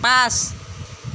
পাঁচ